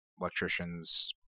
electricians